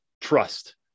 trust